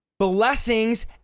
blessings